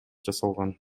жасалган